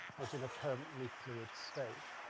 as in apparently fluid state.